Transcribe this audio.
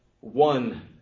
one